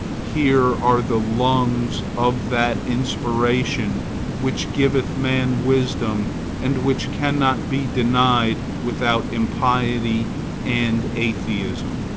here are the lungs of that inspiration which giveth man wisdom and which cannot be denied without impiety and atheism.